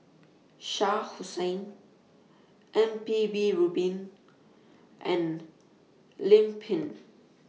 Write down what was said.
Shah Hussain M P B Rubin and Lim Pin